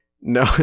No